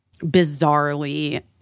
bizarrely